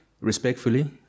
respectfully